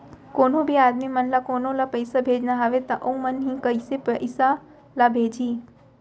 कोन्हों भी आदमी मन ला कोनो ला पइसा भेजना हवय त उ मन ह कइसे पइसा ला भेजही?